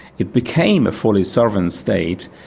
it became a fully sovereign state,